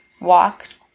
walked